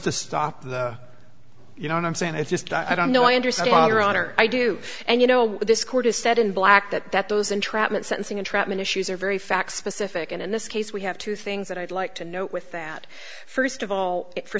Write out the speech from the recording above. to stop the you know what i'm saying is just i don't know i understand your honor i do and you know this court has said in black that that those entrapment sentencing entrapment issues are very fact specific and in this case we have two things that i'd like to note with that first of all for